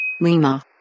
Lima